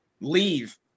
Leave